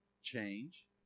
Change